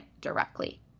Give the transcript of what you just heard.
directly